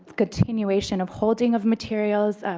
continuation of holding of materials,